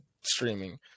streaming